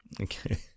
Okay